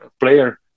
player